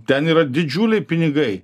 ten yra didžiuliai pinigai